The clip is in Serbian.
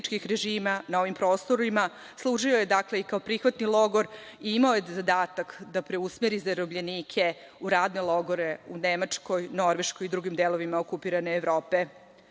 na ovim prostorima. Služio je kao prihvatni logor i imao je zadatak da preusmeri zarobljenike u radne logore u Nemačkoj, Norveškoj i drugim delovima okupirane Evrope. Naša